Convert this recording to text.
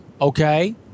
okay